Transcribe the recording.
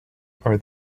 are